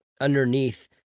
underneath